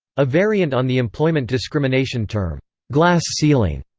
a variant on the employment discrimination term glass ceiling.